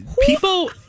People